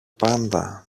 πάντα